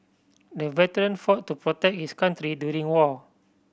the veteran fought to protect his country during the war